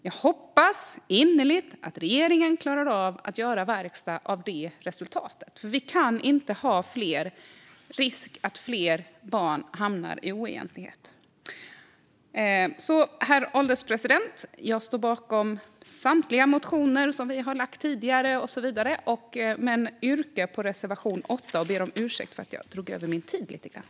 Jag hoppas innerligt att regeringen klarar av att göra verkstad av det resultatet, för vi kan inte riskera att fler barn hamnar i oegentligheter. Herr ålderspresident! Jag står bakom samtliga motioner som vi har väckt tidigare och så vidare men yrkar bifall till reservation 8 och ber om ursäkt för att jag drog över min talartid lite grann.